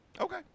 Okay